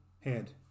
head